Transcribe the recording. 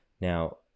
Now